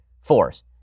force